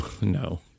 No